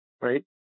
Right